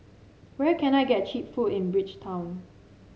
where can I get cheap food in Bridgetown